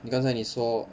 你刚才你说